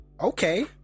okay